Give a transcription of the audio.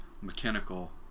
mechanical